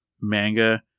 manga